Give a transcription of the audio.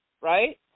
Right